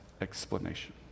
explanation